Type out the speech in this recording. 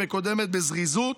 שמקודמת בזריזות,